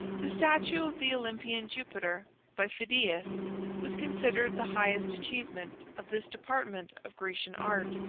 the statue of the olympian jupiter by phidias was considered the highest achievement of this department of grecian art.